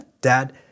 Dad